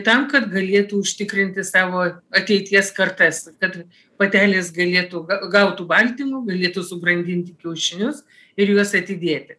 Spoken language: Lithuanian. tam kad galėtų užtikrinti savo ateities kartas kad patelės galėtų gautų baltymų galėtų subrandinti kiaušinius ir juos atidėti